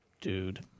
dude